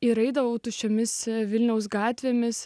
ir eidavau tuščiomis vilniaus gatvėmis